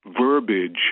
verbiage